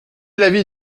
l’avis